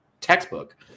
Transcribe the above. Textbook